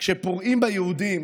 כשפורעים ביהודים